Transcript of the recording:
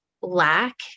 lack